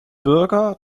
bürger